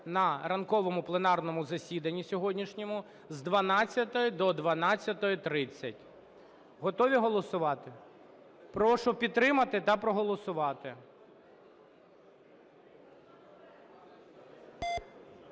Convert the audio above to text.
на ранковому пленарному засіданні сьогоднішньому з 12 до 12:30. Готові голосувати? Прошу підтримати та проголосувати.